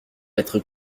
être